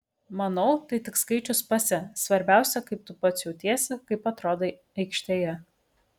manau tai tik skaičius pase svarbiausia kaip tu pats jautiesi kaip atrodai aikštėje